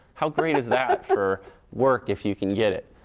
how great is that for work, if you can get it?